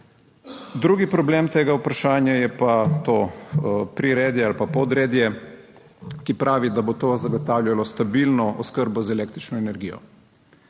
Drugi problem tega vprašanja je pa to priredje ali pa podredje, ki pravi, da bo to zagotavljalo stabilno oskrbo z električno energijo.